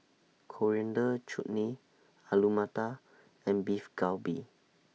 Coriander Chutney Alu Matar and Beef Galbi